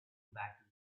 battle